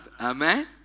Amen